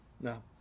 No